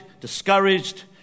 discouraged